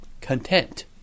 content